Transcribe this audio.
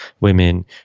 women